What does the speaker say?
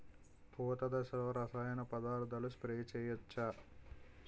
పూత దశలో రసాయన పదార్థాలు స్ప్రే చేయచ్చ?